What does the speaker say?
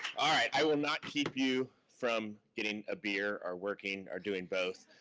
alright, i will not keep you from getting a beer or working or doing both.